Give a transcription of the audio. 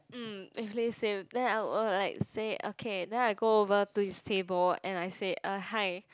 um actually same then I will like say okay then I go over to his table and I say uh hi